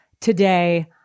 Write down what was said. today